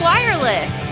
Wireless